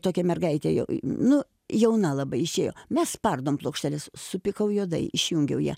tokia mergaitė jau nu jauna labai išėjo mes spardom plokšteles supykau juodai išjungiau ją